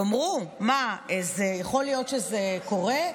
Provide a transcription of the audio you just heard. תאמרו: מה, יכול להיות שזה קורה?